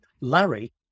Larry